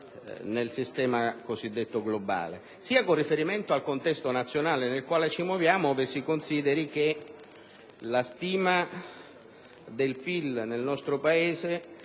nel sistema cosiddetto globale, sia con riferimento al contesto nazionale nel quale ci muoviamo, ove si consideri che la stima del PIL nel nostro Paese